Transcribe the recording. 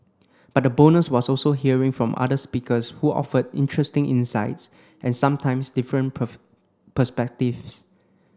but the bonus was also hearing from other speakers who offered interesting insights and sometimes different per perspectives